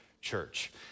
church